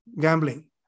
gambling